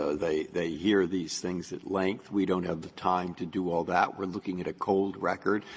ah they they hear these things at length. we don't have the time to do all that. we're looking at a cold record.